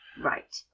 Right